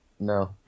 No